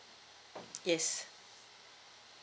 yes